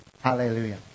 Hallelujah